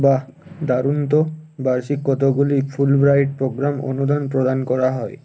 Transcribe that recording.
বাহ দারুণ তো বার্ষিক কতোগুলি ফুলব্রাইট পোগ্রামের অনুদান প্রদান করা হয়